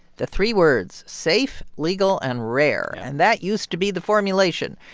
the three words safe, legal and rare. and that used to be the formulation.